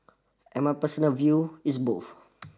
and my personal view is both